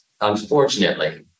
unfortunately